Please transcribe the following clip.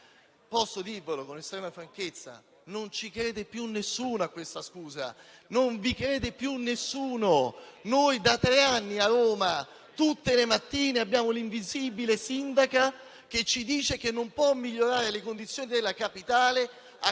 Posso dirvelo con estrema franchezza? Non crede più nessuno a questa scusa; non vi crede più nessuno. Noi da tre anni a Roma tutte le mattine abbiamo l'invisibile sindaca che ci dice che non può migliorare le condizioni della Capitale a